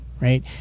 right